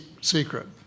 secret